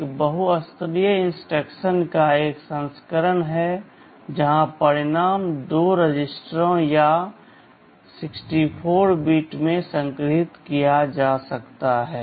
एक बहुस्तरीय इंस्ट्रक्शन का एक संस्करण है जहां परिणाम दो रजिस्टरों या 64 बिट्स में संग्रहीत किया जा सकता है